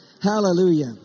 hallelujah